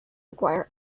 require